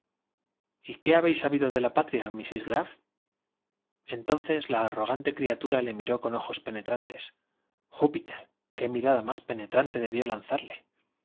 y qué habéis sabido de la patria mrs graff entonces la arrogante criatura le miró con ojos penetrantes júpiter qué mirada más penetrante debió